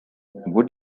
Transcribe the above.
would